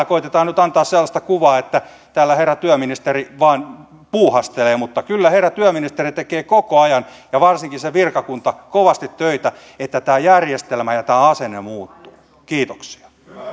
koetetaan nyt antaa sellaista kuvaa että täällä herra työministeri vain puuhastelee kyllä herra työministeri tekee koko ajan ja varsinkin se virkakunta kovasti töitä että tämä järjestelmä ja tämä asenne muuttuu kiitoksia